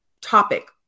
topic